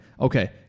okay